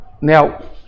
Now